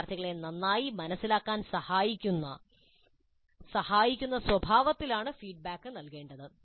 വിദ്യാർത്ഥികളെ നന്നായി മനസ്സിലാക്കാൻ സഹായിക്കുന്ന സഹായിക്കുന്ന സ്വഭാവത്തിലാണ് ഫീഡ്ബാക്ക് നൽകേണ്ടത്